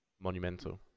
monumental